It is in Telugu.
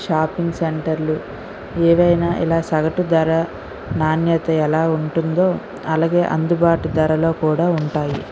షాపింగ్ సెంటర్లు ఏవైనా ఇలా సగటు ధర నాణ్యత ఎలా ఉంటుందో అలాగే అందుబాటు ధరలో కూడా ఉంటాయి